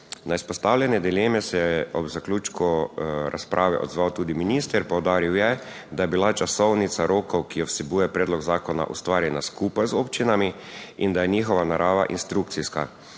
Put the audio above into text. Na izpostavljene dileme se je ob zaključku razprave odzval tudi minister. Poudaril je, da je bila časovnica rokov, ki jo vsebuje predlog zakona, ustvarjena skupaj z občinami in da je njihova narava inštrukcijska.